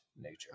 nature